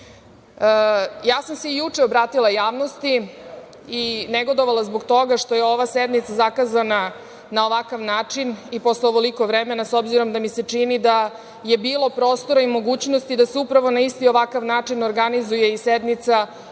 sam se obratila javnosti i negodovala zbog toga što je ova sednica zakazana na ovakav način i posle ovoliko vremena, s obzirom da mi se čini da je bilo prostora i mogućnosti da se upravo na isti ovakav način organizuje i sednica u